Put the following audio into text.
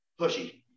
pushy